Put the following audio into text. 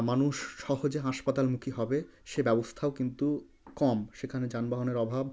মানুষ সহজে হাসপাতালমুখী হবে সে ব্যবস্থাও কিন্তু কম সেখানে যানবাহনের অভাব